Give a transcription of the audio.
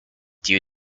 due